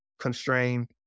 constrained